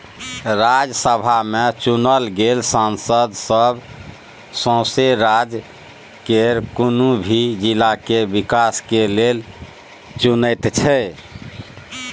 राज्यसभा में चुनल गेल सांसद सब सौसें राज्य केर कुनु भी जिला के विकास के लेल चुनैत छै